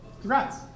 congrats